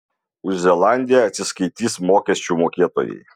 už zelandiją atsiskaitys mokesčių mokėtojai